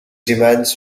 demands